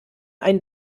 ein